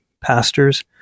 pastors